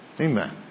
Amen